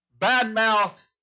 badmouth